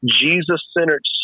Jesus-centered